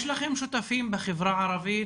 יש לכם שותפים בחברה הערבית,